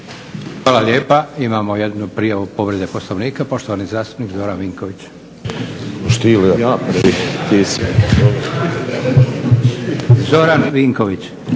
Hvala lijepa. Imamo jednu prijavu povrede Poslovnika poštovani zastupnik Zoran Vinković. **Burić, Dinko